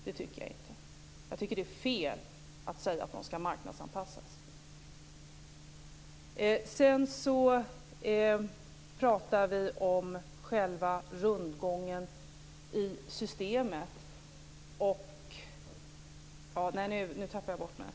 Jag tycker att det är fel att de skall marknadsanpassas.